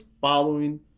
following